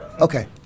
Okay